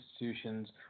institutions